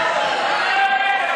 צבועים.